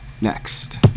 next